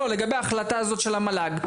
לגבי ההחלטה הזאת של המל"ג.